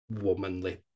womanly